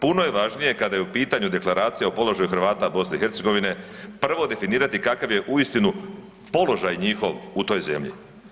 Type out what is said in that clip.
Puno je važnije kada je u pitanju Deklaracija o položaju Hrvata BiH prvo definirati kakav je uistinu položaj njihov u toj zemlji.